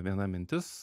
viena mintis